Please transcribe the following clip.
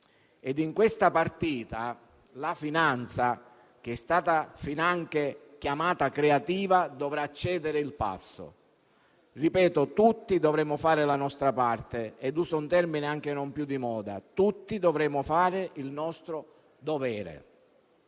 In questa partita la finanza, che è stata finanche chiamata creativa, dovrà cedere il passo. Ripeto che tutti dovremo fare la nostra parte e - uso un termine non più di moda - tutti dovremo fare il nostro dovere.